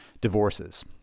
divorces